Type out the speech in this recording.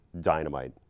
dynamite